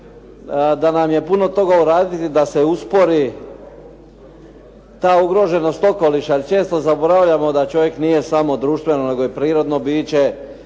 da nam je puno toga uradili da se uspori ta ugroženost okoliša. Često zaboravljamo da čovjek nije samo društveno, nego je prirodno biće,